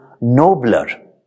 nobler